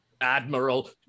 Admiral